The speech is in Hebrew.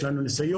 יש לנו ניסיון,